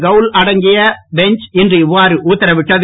கவுல் அடங்கிய பெஞ்ச் இன்று இவ்வாறு உத்தரவிட்டது